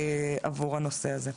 עבור הנושא הזה.